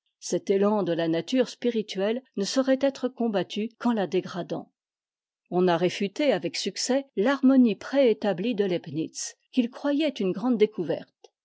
cet étande la nature spirituelle ne saurait être combattu qu'en la dégradant t on a réfuté avec succès l'harmonie préétablie de leibnitz qu'il croyait une grande découverte